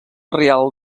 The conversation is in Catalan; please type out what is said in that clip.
real